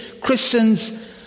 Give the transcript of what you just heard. Christians